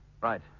Right